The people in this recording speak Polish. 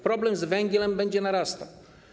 Problem z węglem będzie narastał.